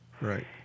Right